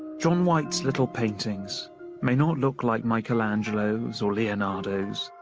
john white's little paintings may not look like michelangelo's or leonardo's,